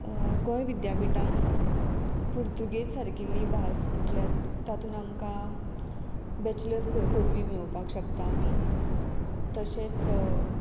गोंय विद्यापिठान पुर्तुगेज सारकेल्ली भास म्हटल्यार तातूंत आमकां बॅचलर्स पदवी मेळोवपाक शकता आमी तशेंच